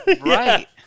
Right